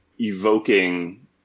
evoking